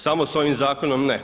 Samo sa ovim zakonom ne.